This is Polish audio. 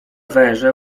węże